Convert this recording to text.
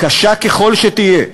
קשה ככל שתהיה,